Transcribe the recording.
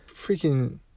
Freaking